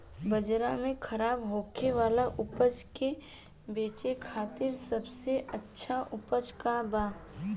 बाजार में खराब होखे वाला उपज के बेचे खातिर सबसे अच्छा उपाय का बा?